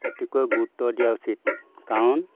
অতিকৈ গুৰুত্ব দিয়া উচিত কাৰণ